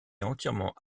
entièrement